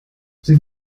sie